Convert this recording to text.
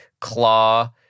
claw